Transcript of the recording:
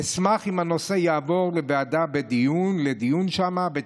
אשמח אם הנושא יעבור לדיון בוועדה,